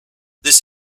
this